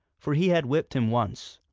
for he had whipped him once,